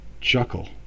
chuckle